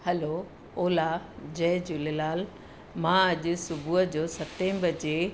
हलो ओला जय झूलेलाल मां अॼु सुबुह जो सतें बजे